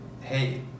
Hey